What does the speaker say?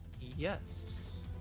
yes